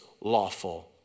lawful